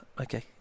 Okay